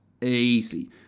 Easy